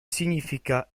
significa